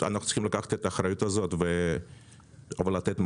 אנחנו צריכים לקחת את האחריות הזאת ולתת מענה.